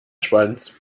schwanz